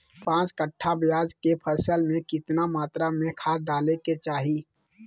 पांच कट्ठा प्याज के फसल में कितना मात्रा में खाद डाले के चाही?